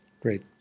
Great